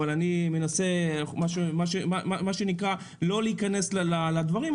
אבל אני מנסה לא להיכנס לדברים.